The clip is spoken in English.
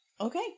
Okay